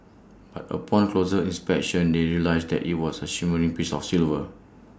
but upon closer inspection they realised that IT was A shimmering piece of silver